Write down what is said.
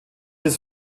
des